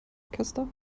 orchester